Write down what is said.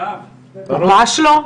ממש לא.